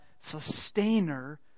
sustainer